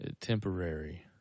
Temporary